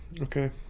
Okay